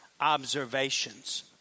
observations